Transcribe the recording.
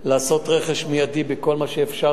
לעשות רכש מיידי בכל מה שאפשר,